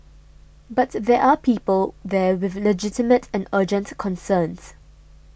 but there are people there with legitimate and urgent concerns